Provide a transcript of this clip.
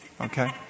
okay